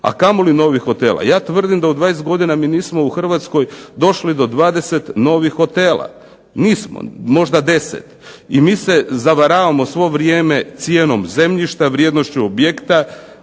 a kamoli novih hotela. Ja tvrdim da u 20 godina mi nismo u Hrvatskoj došli do 20 novih hotela. Nismo. Možda 10. I mi se zavaramo svo vrijeme cijenom zemljišta, vrijednošću objekta,